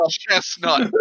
chestnut